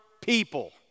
people